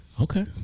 Okay